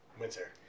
Winter